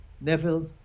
Neville